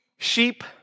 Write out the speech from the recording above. Sheep